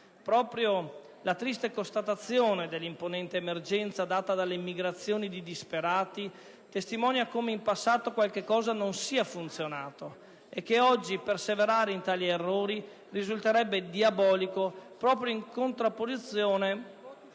Proprio la triste constatazione dell'imponente emergenza data dalle migrazioni di disperati testimonia come in passato qualche cosa non sia funzionato, e che oggi perseverare in tali errori risulterebbe diabolico proprio in contrapposizione